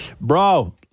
Bro